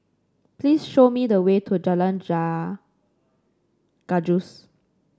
please show me the way to Jalan Gajus